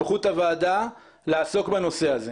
יש מסמך הנמקות שמסביר את הבעיה בישימות התכנונית?